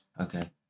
Okay